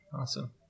Awesome